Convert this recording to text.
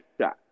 shot